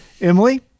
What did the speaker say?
Emily